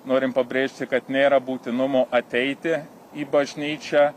norim pabrėžti kad nėra būtinumo ateiti į bažnyčią